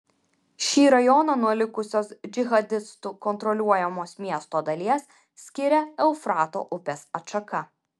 šį rajoną nuo likusios džihadistų kontroliuojamos miesto dalies skiria eufrato upės atšaka